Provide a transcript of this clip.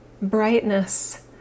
Brightness